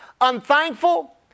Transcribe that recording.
unthankful